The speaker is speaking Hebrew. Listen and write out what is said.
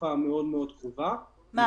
בתקופה המאוד מאוד קרובה --- כמה?